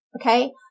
Okay